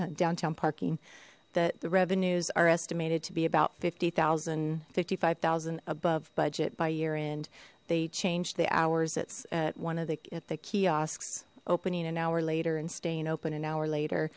on downtown parking that the revenues are estimated to be about fifty zero fifty five thousand above budget by year end they changed the hours that's at one of the at the kiosks opening an hour later and staying open an hour later